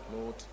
Lord